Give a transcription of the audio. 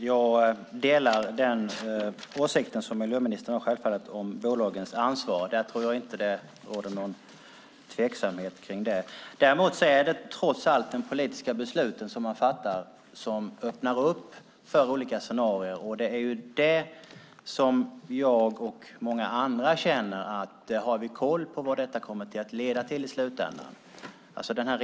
Herr talman! Jag delar självfallet miljöministerns åsikt om bolagens ansvar. Där tror jag inte att det råder någon tveksamhet. Däremot är det trots allt de politiska beslut man fattar som öppnar för olika scenarier. Har vi koll på vart detta kommer att leda i slutändan? Jag och många med mig känner en oro här.